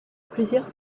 plusieurs